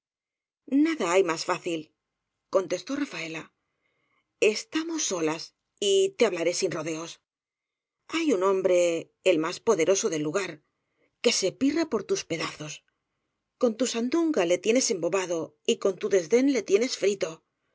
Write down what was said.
nada hay más fácil contestó rafaela esta mos solas y te hablaré sin rodeos hay un hom bre el más poderoso del lugar que se pirra por tus pedazos con tu sandunga le tienes embobado y con tu desdén le tienes frito